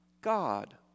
God